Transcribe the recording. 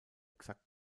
exakt